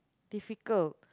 difficult